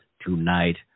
tonight